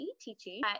teaching